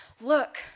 look